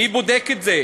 מי בודק את זה?